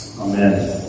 amen